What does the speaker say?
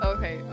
Okay